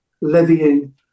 levying